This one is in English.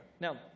Now